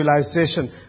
civilization